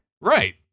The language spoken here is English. Right